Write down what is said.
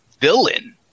villain